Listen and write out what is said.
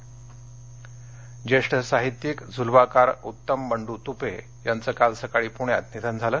तपे निधन ज्येष्ठ साहित्यिक झुलवाकार उत्तम बंड्र तुपे यांचं काल सकाळी पुण्यात निधन झालं